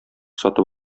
сатып